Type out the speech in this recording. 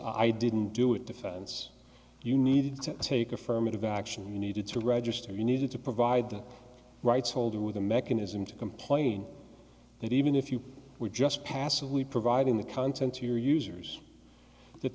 i didn't do it defense you needed to take affirmative action you needed to register you needed to provide the rights holder with a mechanism to complain and even if you were just passively providing the content to your users that